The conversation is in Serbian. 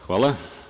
Hvala.